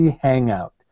Hangout